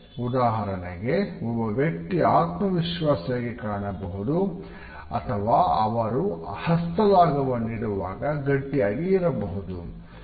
ಉದಾಹರಣೆಗೆ ಒಬ್ಬ ವ್ಯಕ್ತಿ ಆತ್ಮವಿಶ್ವಾಸಿಯಾಗಿ ಕಾಣಬಹುದು ಅಥವಾ ಅವರು ಹಸ್ತ ಲಾಘವ ನೀಡುವಾಗ ಗಟ್ಟಿಯಾಗಿ ಇರಬಹುದು